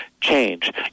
change